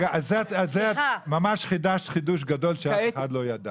זה את ממש חידשת חידוש גדול שאף אחד לא ידע.